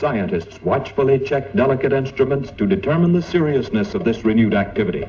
scientists watch for the czech delicate instruments to determine the seriousness of this renewed activity